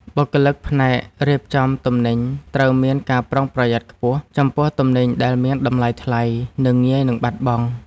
បុគ្គលិកផ្នែករៀបចំទំនិញត្រូវមានការប្រុងប្រយ័ត្នខ្ពស់ចំពោះទំនិញដែលមានតម្លៃថ្លៃ និងងាយនឹងបាត់បង់។